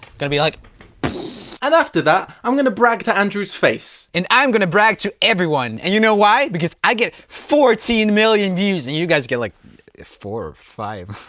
gonna be like and after that i'm gonna brag to andrews face and i'm gonna brag to everyone and you know why because i get fourteen million views and you guys get like four or five